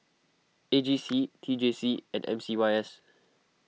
A G C T J C and M C Y S